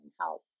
help